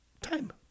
time